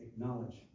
acknowledge